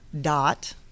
dot